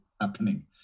happening